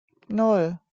nan